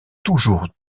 toujours